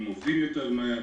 הם עובדים יותר מהר,